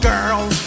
Girls